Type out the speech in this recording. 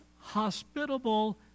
hospitable